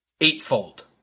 eightfold